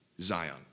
Zion